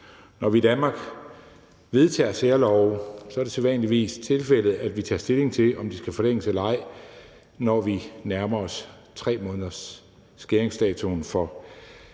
Når vi i Danmark vedtager særlove, er det sædvanligvis tilfældet, at vi tager stilling til, om de skal forlænges eller ej, når vi nærmer os 3-månedersskæringsdatoen for